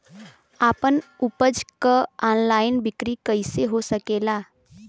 आपन उपज क ऑनलाइन बिक्री कइसे हो सकेला?